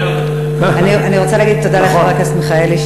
אני רוצה להגיד תודה לחבר הכנסת מיכאלי,